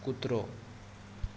कुत्रो